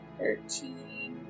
thirteen